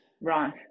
right